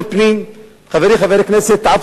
הפנים וגם כל המשיבים שאנחנו אומרים להם,